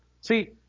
See